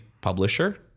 publisher